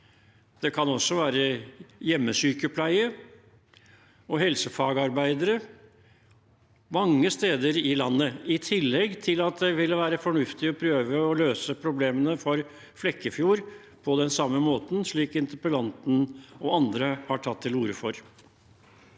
både sykehjem, hjemmesykepleie og helsefagarbeidere mange steder i landet. I tillegg ville det være fornuftig å prøve å løse problemene for Flekkefjord på den samme måten, slik interpellanten og andre har tatt til orde for.